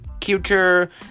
culture